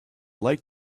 like